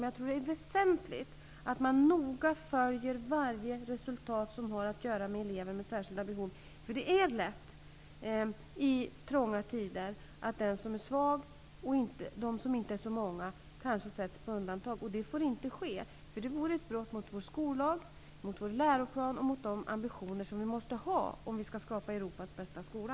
Men jag tror att det är väsentligt att man noga följer varje resultat som har att göra med elever med särskilda behov. Det är i tider av trång ekonomi lätt att den som är svag och de som inte är så många sätts på undantag och det får inte ske. Det vore ett brott mot vår skollag, mot vår läroplan och mot de ambitioner som vi måste ha om vi skall skapa Europas bästa skola.